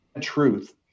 Truth